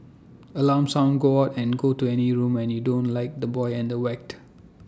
alarm sound go out and go to any room and you don't like the boy and the whacked